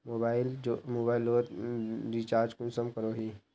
Mobile लोत recharge कुंसम करोही?